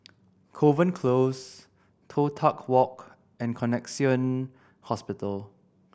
Kovan Close Toh Tuck Walk and Connexion Hospital